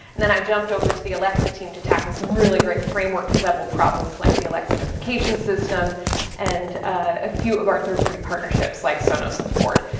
and then, i jumped over to the alexa team to tackle some really great framework-level problems like the alexa notification system and a few of our third-party partnerships like sonos and ford.